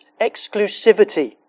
exclusivity